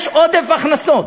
יש עודף הכנסות,